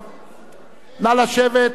נא לשבת, האופוזיציה,